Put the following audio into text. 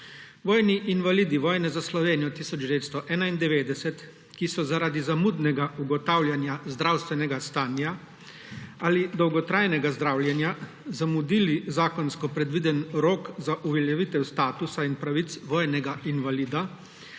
Vojne invalidi vojne za Slovenijo 1991, ki so zaradi zamudnega ugotavljanja zdravstvenega stanja ali dolgotrajnega zdravljenja zamudili zakonsko predvideni rok za uveljavitev statusa in pravic vojnega invalida,